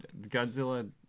Godzilla